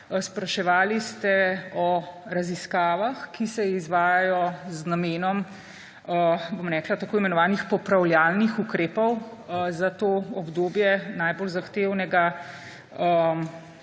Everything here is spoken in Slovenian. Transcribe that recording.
Spraševali ste o raziskavah, ki se izvajajo z namenom tako imenovanih popravljalnih ukrepov za to obdobje najbolj zahtevnega